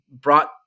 brought